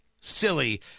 silly